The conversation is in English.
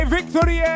Victory